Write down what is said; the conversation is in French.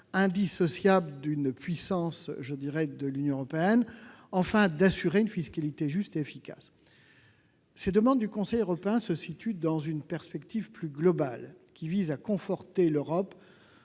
indissociables de la puissance de l'Union -et, enfin, d'assurer une fiscalité juste et efficace. Ces demandes du Conseil européen se situent dans une perspective plus globale, qui tend à conforter l'Europe